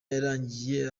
yarangiye